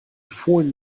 fohlen